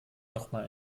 nochmal